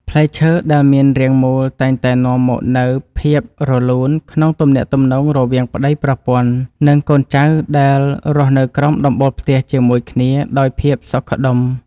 ផ្លែឈើដែលមានរាងមូលតែងតែនាំមកនូវភាពរលូនក្នុងទំនាក់ទំនងរវាងប្ដីប្រពន្ធ និង កូនចៅដែលរស់នៅក្រោមដំបូលផ្ទះជាមួយគ្នាដោយភាពសុខដុម។